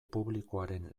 publikoaren